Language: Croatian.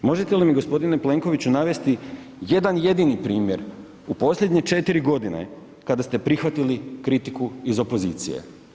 Možete li mi g. Plenkoviću navesti jedan jedini primjer u posljednje 4.g. kada ste prihvatili kritiku iz opozicije?